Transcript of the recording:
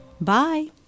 Bye